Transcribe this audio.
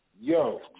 Yo